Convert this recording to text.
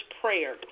prayer